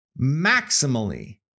maximally